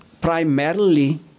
primarily